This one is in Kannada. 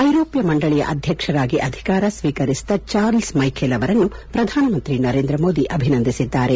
ಐರೋಪ್ಯ ಮಂಡಳಿಯ ಅಧ್ಯಕ್ಷರಾಗಿ ಅಧಿಕಾರ ಸ್ವೀಕರಿಸಿದ ಚಾರ್ಲ್ಸ ಮೈಖೆಲ್ ಅವರನ್ನು ಪ್ರಧಾನಮಂತ್ರಿ ನರೇಂದ್ರ ಮೋದಿ ಅಭಿನಂದಿಸಿದ್ದಾರೆ